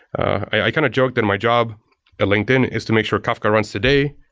i kind of joke in my job at linkedin, is to make sure kafka runs today,